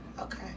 Okay